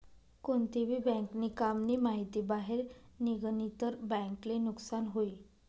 कोणती भी बँक नी काम नी माहिती बाहेर निगनी तर बँक ले नुकसान हुई